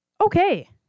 Okay